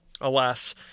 Alas